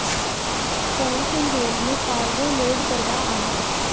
कल तुम रेल में कार्गो लोड करवा आना